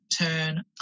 turn